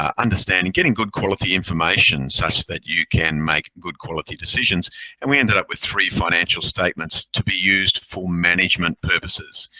um understanding, getting good quality information such that you can make good quality decisions and we ended up with three financial statements to be used for management purposes.